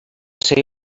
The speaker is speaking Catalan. ser